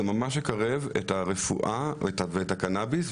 זה ממש יקרב את הרפואה ואת הקנביס,